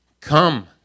Come